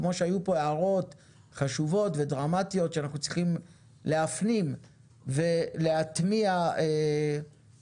כמו שהיו פה הערות חשובות ודרמטיות שאנחנו צריכים להפנים ולהטמיע בחוק,